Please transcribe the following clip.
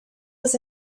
was